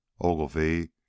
Ogilvy